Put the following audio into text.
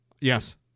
yes